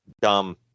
Dumb